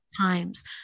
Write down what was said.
times